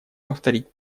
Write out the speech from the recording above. повторить